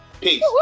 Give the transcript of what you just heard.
Peace